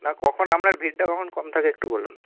না কখন আপনার ভিড়টা কখন কম থাকে একটু বলুন